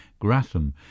Gratham